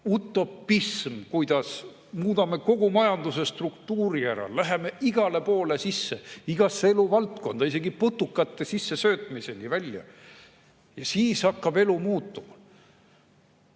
utopism, kuidas muudame kogu majanduse struktuuri ära, läheme igasse eluvaldkonda sisse, isegi putukate sisse söötmiseni välja. Siis hakkab elu muutuma.